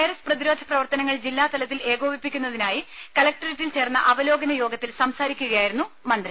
virus പ്രതിരോധ പ്രവർത്തനങ്ങൾ ജില്ലാതലത്തിൽ ഏകോപിപ്പിക്കുന്നതിനായി കലക്ട്രേറ്റിൽ യോഗത്തിൽ ചേർന്ന അവലോകന സംസാരിക്കുകയായിരുന്നു മന്ത്രി